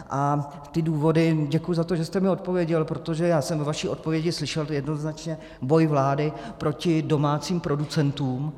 A ty důvody děkuji za to, že jste mi odpověděl, protože já jsem ve vaší odpovědi slyšel jednoznačně boj vlády proti domácím producentům.